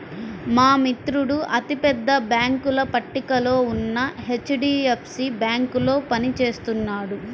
మా మిత్రుడు అతి పెద్ద బ్యేంకుల పట్టికలో ఉన్న హెచ్.డీ.ఎఫ్.సీ బ్యేంకులో పని చేస్తున్నాడు